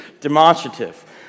demonstrative